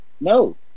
No